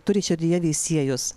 turi širdyje veisiejus